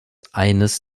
eines